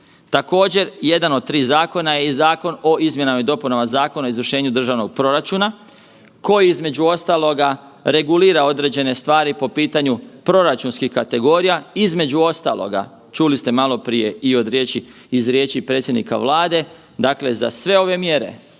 Također jedan od 3 zakona je i Zakon o izmjenama i dopunama Zakona o izvršenju državnog proračuna, koji između ostaloga regulira određene stvari po pitanju proračunskih kategorija, između ostaloga, čuli ste maloprije i od riječi, iz riječi predsjednika Vlade, dakle za sve ove mjere